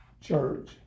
Church